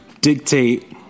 dictate